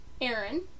Aaron